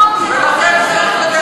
מהכנסת.